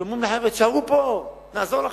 שאומר: תישארו פה, נעזור לכם.